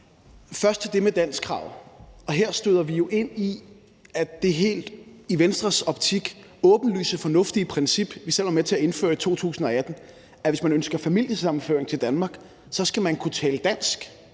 Først til det med danskkravet: Her støder vi jo ind i, at det i Venstres optik helt åbenlyst fornuftige princip, vi selv var med til at indføre i 2018, der handler om, at hvis man ønsker familiesammenføring til Danmark, skal man kunne tale dansk